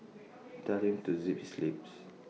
tell him to zip his lips